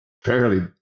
fairly